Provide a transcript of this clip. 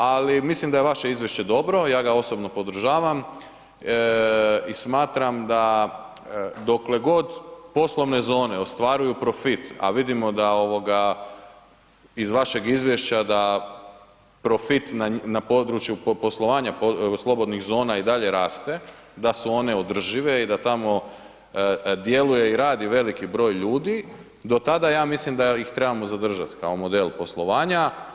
Ali mislim da je vaše izvješće dobro, ja ga osobno podržavam i smatram da dokle god poslovne zone ostvaruju profit a vidimo da, iz vašeg izvješća da profit na području poslovanja slobodnih zona i dalje raste, da su one održive i da tamo djeluje i radi veliki broj ljudi, do tada ja mislim da ih trebamo zadržati kao model poslovanja.